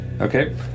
Okay